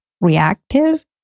reactive